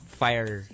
fire